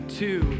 two